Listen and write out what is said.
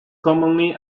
commonly